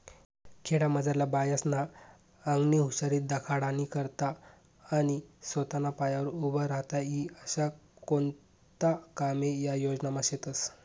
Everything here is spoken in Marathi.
खेडामझारल्या बायास्ना आंगनी हुशारी दखाडानी करता आणि सोताना पायावर उभं राहता ई आशा कोणता कामे या योजनामा शेतस